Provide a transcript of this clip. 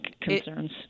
concerns